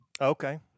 okay